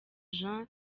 jean